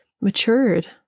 matured